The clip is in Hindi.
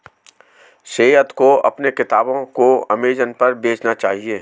सैयद को अपने किताबों को अमेजन पर बेचना चाहिए